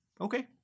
okay